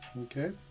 okay